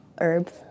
herbs